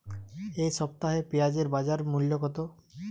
এ সপ্তাহে পেঁয়াজের বাজার মূল্য কত?